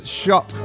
shot